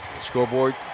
Scoreboard